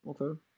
Okay